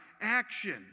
action